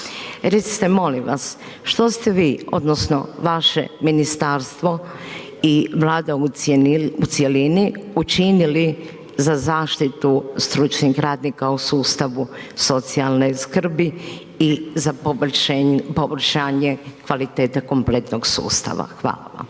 Recite molim vas, što ste vi odnosno vaše ministarstvo i Vlada u cjelini učinili za zaštitu stručnih radnika u sustavu socijalne skrbi i za poboljšanje kvalitete kompletnog sustava? Hvala vam.